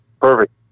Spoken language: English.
Perfect